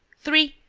three,